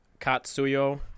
Katsuyo